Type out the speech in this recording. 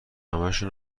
همشو